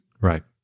Right